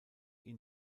ihn